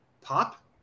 Pop